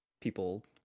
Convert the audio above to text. people